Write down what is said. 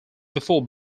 before